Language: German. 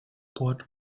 port